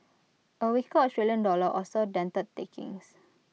A weaker Australian dollar also dented takings